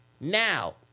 now